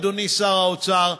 אדוני שר האוצר.